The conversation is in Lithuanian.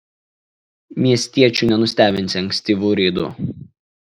miestiečių nenustebinsi ankstyvu reidu